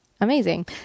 amazing